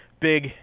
Big